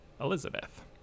Elizabeth